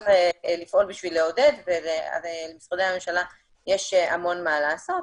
צריך לפעול בשביל לעודד ולמשרדי הממשלה יש המון מה לעשות.